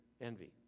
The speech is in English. envy